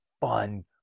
fun